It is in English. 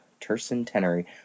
tercentenary